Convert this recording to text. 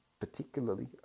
particularly